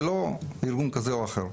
ולא ארגון כזה או אחר.